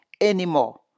anymore